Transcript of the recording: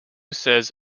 says